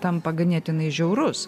tampa ganėtinai žiaurus